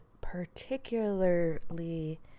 particularly